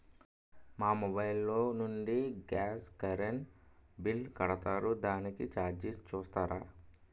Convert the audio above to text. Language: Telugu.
మా మొబైల్ లో నుండి గాస్, కరెన్ బిల్ కడతారు దానికి చార్జెస్ చూస్తారా?